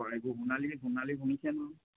হয় এইবোৰ সোণালী সোণালী শুনিছেনে বাৰু